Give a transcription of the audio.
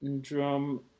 drum